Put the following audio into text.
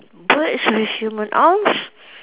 birds with human arms